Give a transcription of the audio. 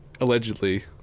Allegedly